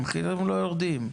המחירים לא יורדים?